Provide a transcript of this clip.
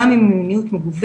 גם אם היא מיניות מגוונת